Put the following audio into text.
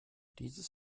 dieses